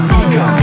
ego